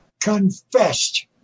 confessed